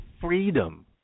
freedom